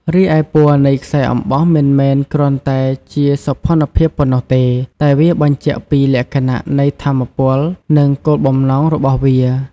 រីឯ ពណ៌នៃខ្សែអំបោះមិនមែនគ្រាន់តែជាសោភ័ណភាពប៉ុណ្ណោះទេ តែវាបញ្ជាក់ពី លក្ខណៈនៃថាមពល និងគោលបំណង របស់វា។